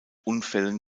unfällen